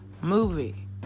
movie